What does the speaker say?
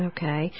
Okay